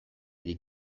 dik